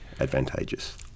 advantageous